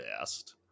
best